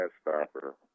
stopper